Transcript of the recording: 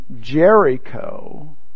Jericho